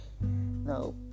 no